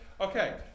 Okay